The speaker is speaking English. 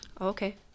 Okay